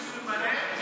כיסוי מלא.